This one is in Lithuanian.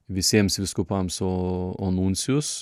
visiems vyskupams o o nuncijus